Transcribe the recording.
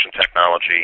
technology